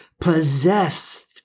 possessed